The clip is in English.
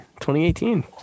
2018